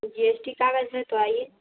जी S T कागज़ है तो आइए